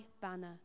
banner